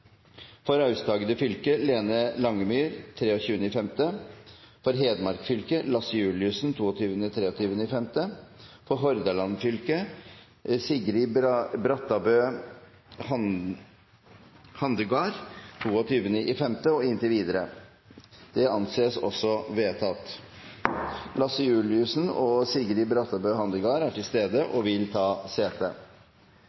for å møte i permisjonstiden slik: For Aust-Agder fylke: Lene Langemyr 23. mai For Hedmark fylke: Lasse Juliussen 22. og 23. mai For Hordaland fylke: Sigrid Brattabø Handegard 22. mai og inntil videre Lasse Juliussen og Sigrid Brattabø Handegard er til stede